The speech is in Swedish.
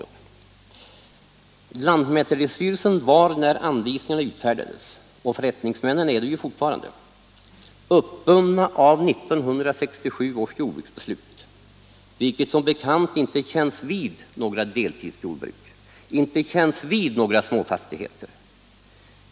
Lantmäteristyrelsen var när anvisningarna utfärdades, och förrättningsmännen är det ju fortfarande, uppbundna av 1967 års jordbruksbeslut, vilket som bekant inte känns vid några deltidsjordbruk, inte känns vid några småfastigheter.